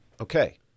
okay